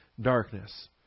darkness